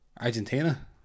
Argentina